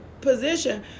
position